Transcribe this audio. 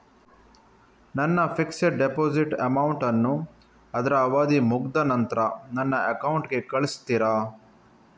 ನನ್ನ fixed deposit amount ಅನ್ನು ಅದ್ರ ಅವಧಿ ಮುಗ್ದ ನಂತ್ರ ನನ್ನ ಅಕೌಂಟ್ ಗೆ ಕಳಿಸ್ತೀರಾ?